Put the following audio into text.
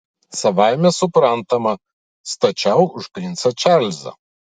savaime suprantama stačiau už princą čarlzą